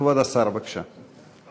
כבוד השר, בבקשה.